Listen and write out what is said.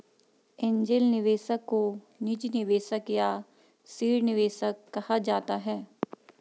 angel निवेशक को निजी निवेशक या सीड निवेशक कहा जाता है